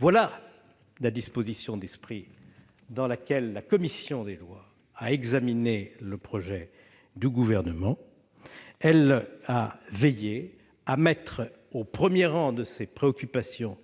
est la disposition d'esprit dans laquelle la commission des lois a examiné le texte du Gouvernement. Elle a veillé à mettre au premier rang de ses préoccupations